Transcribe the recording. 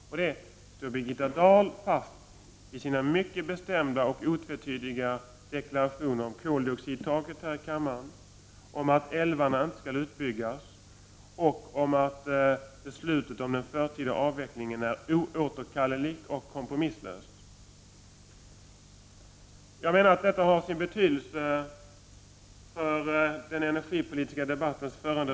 Frågan är: Står Birgitta Dahl fast vid sina mycket bestämda och otvetydiga deklarationer här i kammaren om koldioxidtaket, om att älvarna inte skall utbyggas och om att beslutet om den förtida avvecklingen är oåterkalleligt och kompromisslöst? Jag menar att detta har sin betydelse för den energipolitiska debattens förande.